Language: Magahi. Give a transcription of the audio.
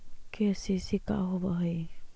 के.सी.सी का होव हइ?